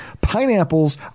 Pineapples